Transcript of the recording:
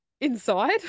inside